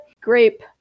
Grape